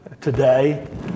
today